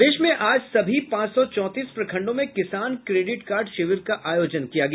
प्रदेश में आज सभी पांच सौ चौंतीस प्रखंडों में किसान क्रेडिट कार्ड शिविर का आयोजन किया गया